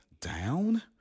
down